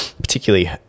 Particularly